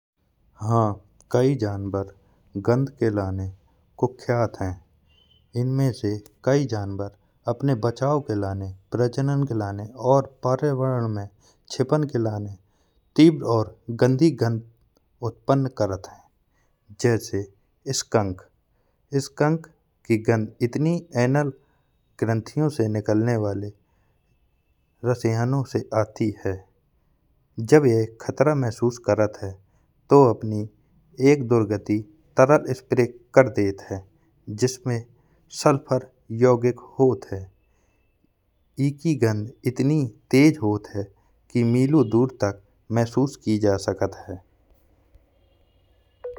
हाँ कई जानवर गंध के लाने कुख्यात, इनमें से कई जानवर अपने बचाव के लाने प्रजनन के लाने और पर्यावरण में छिपने के लाने तीव्र और गाँधी गंध उत्पन्न करत हैं। जैसे स्कंक स्कंक की गंध इतनी अणल ग्रंथियों से निकलने वाले रसायनों से आती है। जब यह खतरा महसूस करत हे तो अपनी एक दुर्गंधी तरल स्प्रे कर देत है। जिसमें सल्फर योगिक होत है, उसकी गंध इतनी तेज होत है की मीलों दूर तक महसूस की जा सकत है।